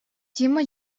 тима